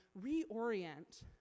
reorient